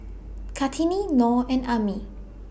Kartini Nor and Ammir